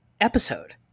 episode